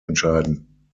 entscheiden